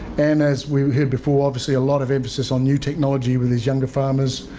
and as we we heard before obviously a lot of emphasis on new technology with these younger farmers.